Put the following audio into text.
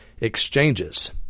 exchanges